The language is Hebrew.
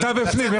ויתרתי על התענוג.